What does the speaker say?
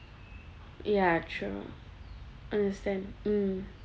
ya true understand mm